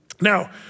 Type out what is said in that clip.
Now